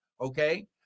Okay